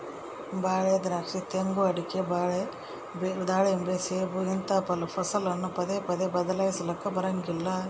ಬಾಳೆ, ದ್ರಾಕ್ಷಿ, ತೆಂಗು, ಅಡಿಕೆ, ಬಾರೆ, ದಾಳಿಂಬೆ, ಸೇಬು ಇಂತಹ ಫಸಲನ್ನು ಪದೇ ಪದೇ ಬದ್ಲಾಯಿಸಲಾಕ ಬರಂಗಿಲ್ಲ